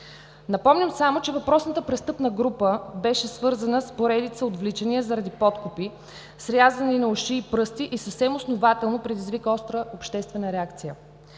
Напомням само, че въпросната престъпна група беше свързана с поредица отвличания заради подкупи, с рязане на уши и пръсти и съвсем основателно предизвика остра обществена реакция.